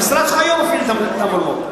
המשרד שלך מפעיל היום את המולמו"פ.